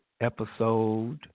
episode